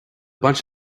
bunch